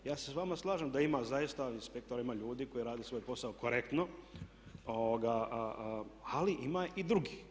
Ja se s vama slažem da ima zaista u inspektorima ljudi koji rade svoj posao korektno ali ima i drugih.